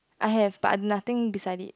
I have but nothing decide it